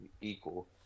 equal